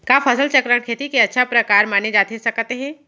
का फसल चक्रण, खेती के अच्छा प्रकार माने जाथे सकत हे?